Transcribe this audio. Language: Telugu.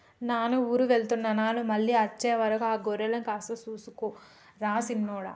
నాను ఊరు వెళ్తున్న నాను మళ్ళీ అచ్చే వరకు ఆ గొర్రెలను కాస్త సూసుకో రా సిన్నోడా